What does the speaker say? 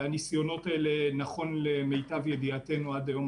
נכון למיטב ידיעתנו עד היום,